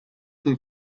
they